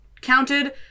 counted